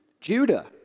Judah